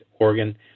organ